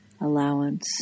allowance